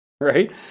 Right